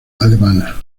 alemana